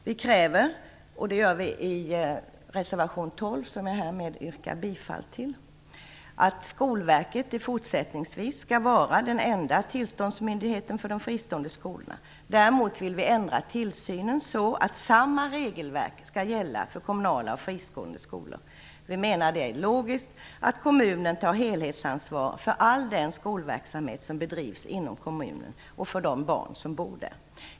Vi kräver i reservation 12, som jag härmed yrkar bifall till, att Skolverket fortsättningsvis skall vara den enda tillsynsmyndigheten för de fristående skolorna. Däremot vill vi ändra tillsynen så att samma regelverk skall gälla för kommunala och fristående skolor. Vi menar att det är logiskt att kommunen tar helhetsansvar för all den skolverksamhet som bedrivs inom kommunen och för de barn som bor där.